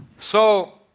so